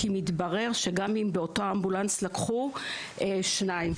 כי מתברר שגם באותו אמבולנס לקחו שניים,